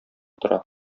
тора